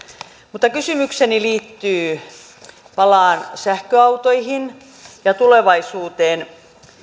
mutta kysymykseni liittyy sähköautoihin ja tulevaisuuteen